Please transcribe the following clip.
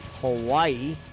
Hawaii